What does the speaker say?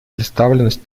представленность